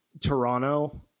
Toronto